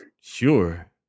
sure